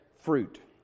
fruit